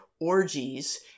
orgies